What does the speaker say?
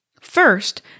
First